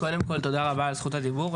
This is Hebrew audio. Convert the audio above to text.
קודם כל תודה רבה על זכות הדיבור,